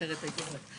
אבל יצרת עומס שלא ייגמר.